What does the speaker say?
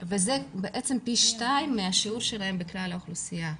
וזה פי שניים מהשיעור שלהם בכלל האוכלוסייה.